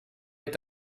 est